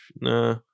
nah